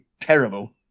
terrible